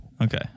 Okay